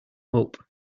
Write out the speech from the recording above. hope